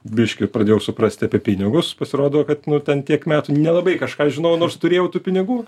biškį pradėjau suprasti apie pinigus pasirodo kad nu ten tiek metų nelabai kažką žinojau nors turėjau tų pinigų